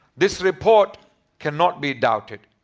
this report cannot be doubted.